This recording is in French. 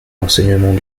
enseignement